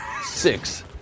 six